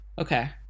Okay